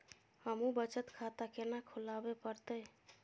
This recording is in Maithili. हमू बचत खाता केना खुलाबे परतें?